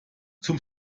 zum